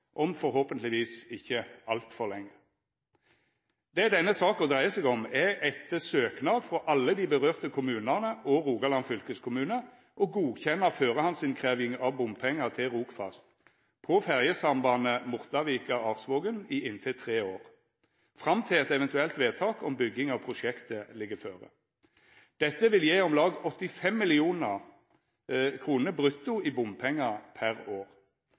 om forhåpentlegvis ikkje altfor lenge. Det denne saka dreier seg om, er etter søknad frå alle dei kommunane det gjeld, og Rogaland fylkeskommune å godkjenna førehandsinnkrevjing av bompengar til Rogfast på ferjesambandet Mortavika–Arsvågen i inntil tre år, fram til eit eventuelt vedtak om bygging av prosjektet ligg føre. Dette vil gje om lag 85 mill. kr brutto i bompengar per år.